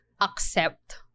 accept